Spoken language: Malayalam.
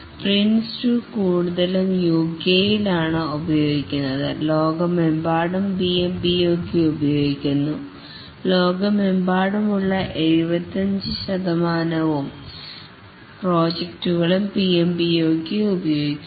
PRINCE2 കൂടുതലും യുകെയിൽ ആണ് ഉപയോഗിക്കുന്നത് ലോകമെമ്പാടും PMBOK ഉപയോഗിക്കുന്നു ലോകമെമ്പാടുമുള്ള 75 ശതമാനം പ്രോജക്റ്റുകളും PMBOK ഉപയോഗിക്കുന്നു